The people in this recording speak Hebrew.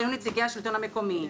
שהיו נציגי השלטון המקומי.